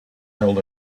held